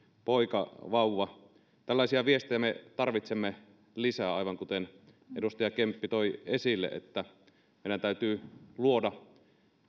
poikavauva tällaisia viestejä me tarvitsemme lisää aivan kuten edustaja kemppi toi esille meidän täytyy luoda